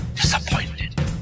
disappointed